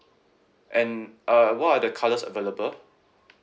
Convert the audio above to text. and uh what are the colours available